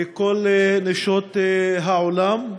לכל נשות העולם,